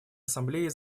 ассамблеи